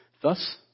Thus